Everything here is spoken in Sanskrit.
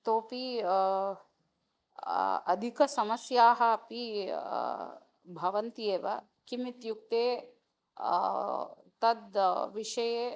कोपि अधिकसमस्याः अपि भवन्ति एव किमित्युक्ते तद् विषये